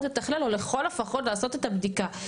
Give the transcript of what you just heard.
לתכנן או לכל הפחות לעשות את הבדיקה.